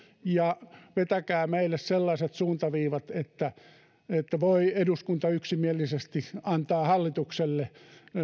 ja vetäkää meille sellaiset suuntaviivat että eduskunta voi yksimielisesti antaa hallitukselle